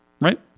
Right